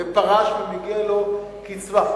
ופרש או מגיעה לו קצבה,